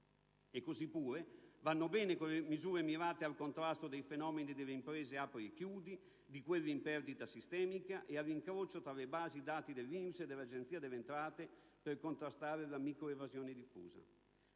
E così pure vanno bene quelle misure mirate al contrasto dei fenomeni delle imprese "apri e chiudi" e di quelle in perdita "sistemica" e all'incrocio tra le basi dati dell'INPS e dell'Agenzia delle entrate per contrastare la microevasione diffusa.